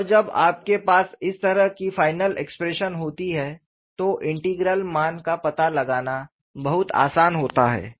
और जब आपके पास इस तरह की फाइनल एक्सप्रेशन होती है तो इंटीग्रल मान का पता लगाना बहुत आसान होता है